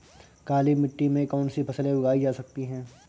काली मिट्टी में कौनसी फसलें उगाई जा सकती हैं?